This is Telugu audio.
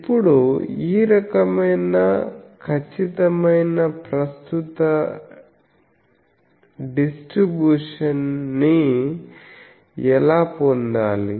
ఇప్పుడు ఈ రకమైన ఖచ్చితమైన ప్రస్తుత డిస్ట్రిబ్యూషన్స్ ని ఎలా పొందాలి